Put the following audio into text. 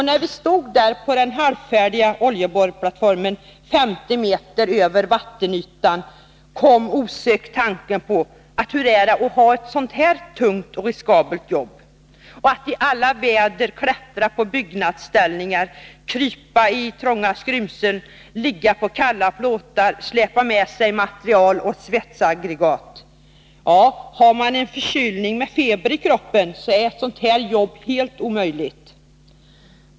När vi stod på den halvfärdiga oljeborrplattformen 50 meter över vattenytan kom osökt tanken: Hur är det att ha ett så tungt och riskabelt jobb, att i alla väder klättra på byggnadsställningar, krypa i trånga skrymslen, ligga på kalla plåtar, släpa med sig material och svetsaggregat? Ja, har man en förkylning med feber i kroppen är ett sådant arbete helt omöjligt.